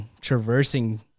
traversing